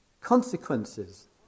consequences